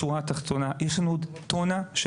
בשורה התחתונה: יש לנו עוד טונה של